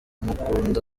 ngukunda